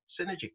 Synergy